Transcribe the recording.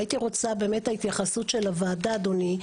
והייתי רוצה באמת את ההתייחסות של הוועדה אדוני,